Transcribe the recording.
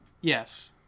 Yes